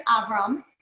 Avram